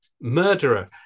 murderer